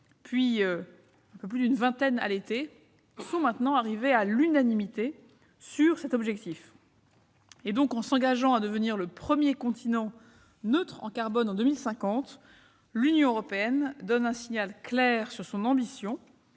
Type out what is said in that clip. puis un peu plus d'une vingtaine à l'été, a obtenu que l'unanimité se fasse autour de cet objectif. En s'engageant à devenir le premier continent neutre en carbone en 2050, l'Union européenne donne un signal clair sur son ambition.